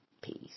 Peace